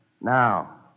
Now